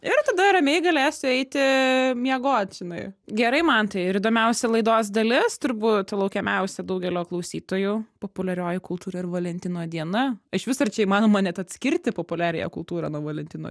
ir tada ramiai galėsiu eiti miegot žinai gerai mantai ir įdomiausia laidos dalis turbūt laukiamiausia daugelio klausytojų populiarioji kultūra ir valentino diena iš vis ar čia įmanoma net atskirti populiariąją kultūrą nuo valentino